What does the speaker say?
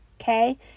Okay